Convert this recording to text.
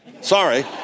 Sorry